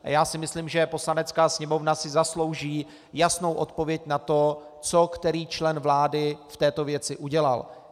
A já si myslím, že Poslanecká sněmovna si zaslouží jasnou odpověď na to, co který člen vlády v této věci udělal.